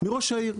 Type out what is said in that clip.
מראש העיר,